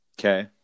okay